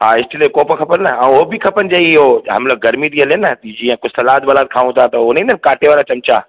हा स्टील जो कोप खपन न ऐं उहो बि खपनि जो जेमहिल गर्मी थी हले न जीअं कोई सलाद वलाद खाऊं था त उहे न ईंदा आहिनि काटे वारा चिमिचा